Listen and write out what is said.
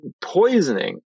poisoning